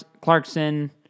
Clarkson